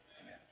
Amen